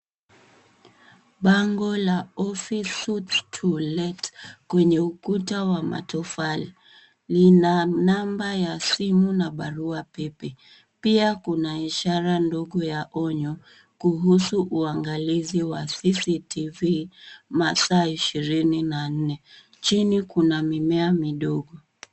Bango la Office Suites to Let kwenye ukuta wa matofali, lina namba ya simu na barua pepe. Pia kuna ishara ndogo ya onyo kuhusu unagalizi wa CCTV masaa ishirini na nne. Chini kuna mimea midogo.